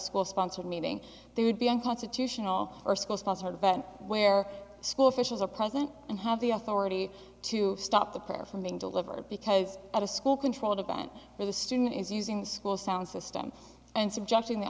school sponsored meeting there would be unconstitutional or school sponsored event where school officials are present and have the authority to stop the prayer from being delivered because at a school controlled event where the student is using the school sound system and subjecting the